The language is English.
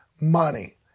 money